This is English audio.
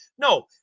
No